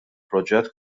proġett